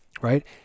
right